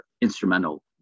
instrumental